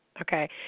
okay